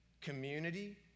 community